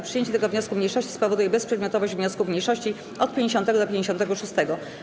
Przyjęcie tego wniosku mniejszości spowoduje bezprzedmiotowość wniosków mniejszości od 50. do 56.